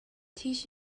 teach